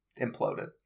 imploded